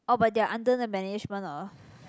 oh but they are under the management of